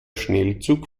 schnellzug